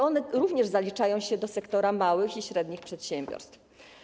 One również zaliczają się do sektora małych i średnich przedsiębiorstw.